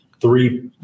three